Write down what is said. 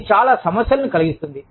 అది చాలా సమస్యలను కలిగిస్తుంది